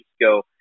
go